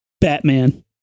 batman